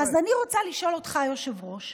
אז אני רוצה לשאול אותך, היושב-ראש,